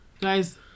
guys